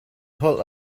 holh